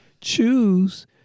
choose